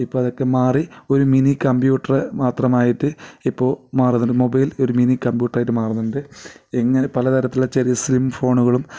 ഇപ്പോൾ അതൊക്കെ മാറി ഒരു മിനി കമ്പ്യൂട്ടർ മാത്രമായിട്ട് ഇപ്പോൾ മാറുന്നുണ്ട് മൊബൈൽ ഒരു മിനി കമ്പ്യൂട്ടറായിട്ട് മാറുന്നുണ്ട് ഇങ്ങനെ പലതരത്തിലുള്ള ചെറിയ സ്ലിം ഫോണുകളും